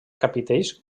capitells